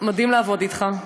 מדהים לעבוד אתך,